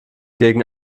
gegen